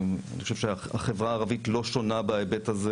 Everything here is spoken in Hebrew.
אני חושב שהחברה הערבית לא שונה בהיבט הזה